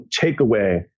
takeaway